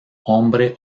hombre